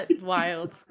wild